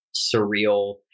surreal